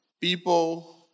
People